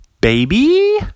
baby